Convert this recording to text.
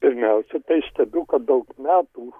pirmiausia tai stebiu kad daug metų